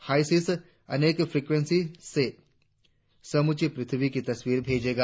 HySIS अनेक फ्रिक्वेंसियों से समूची पृथ्वी की तस्वीरें भेजेंगा